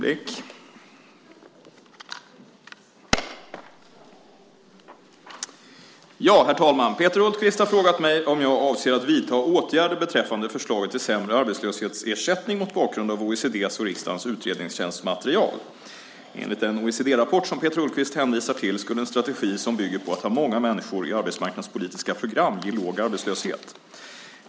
Herr talman! Peter Hultqvist har frågat mig om jag avser att vidta åtgärder beträffande förslaget till sämre arbetslöshetsersättning mot bakgrund av OECD:s och riksdagens utredningstjänsts material. Enligt den OECD-rapport som Peter Hultqvist hänvisar till skulle en strategi som bygger på att ha många människor i arbetsmarknadspolitiska program ge låg arbetslöshet.